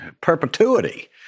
perpetuity